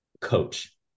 coach